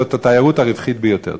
זאת התיירות הרווחית ביותר.